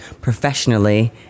professionally